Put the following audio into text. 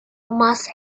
must